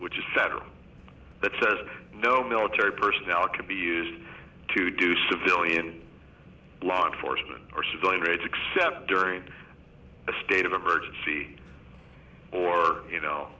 which is settled that says no military personnel can be used to do civilian law enforcement or civilian rate except during a state of emergency or you know